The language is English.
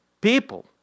people